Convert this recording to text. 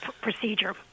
procedure